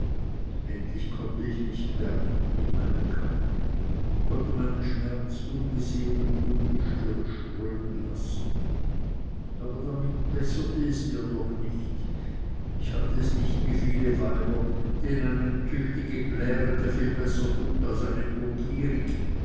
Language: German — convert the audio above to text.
endlich konnte ich mich bergen in meine kammer konnte meinen schmerz ungesehen und ungestört strömen lassen aber damit besserte es mir doch nicht ich hatte es nicht wie viele weiber denen eine tüchtige plärete viel besser tut als eine